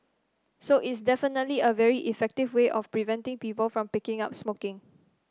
so it's definitely a very effective way of preventing people from picking up smoking